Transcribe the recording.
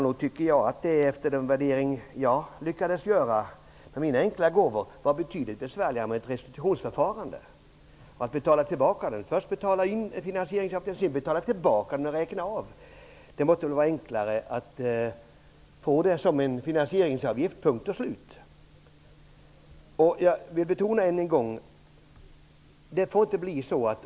Nog tycker jag, efter den värdering jag har lyckats göra med mina enkla gåvor, att det är betydligt besvärligare med ett restitutionsförfarande. Ett restitutionsförfarande skulle innebära att företaget först betalar in finansieringsavgiften. Sedan gör staten en avräkning och betalar tillbaka. Det måtte väl vara enklare att ordna det som ett bemyndigande för regeringen att hantera finansieringsavgiften, punkt slut.